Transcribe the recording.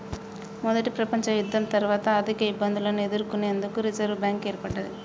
మొదటి ప్రపంచయుద్ధం తర్వాత ఆర్థికఇబ్బందులను ఎదుర్కొనేందుకు రిజర్వ్ బ్యాంక్ ఏర్పడ్డది